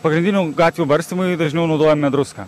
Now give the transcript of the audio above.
pagrindinių gatvių barstymui dažniau naudojame druską